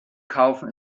kaufen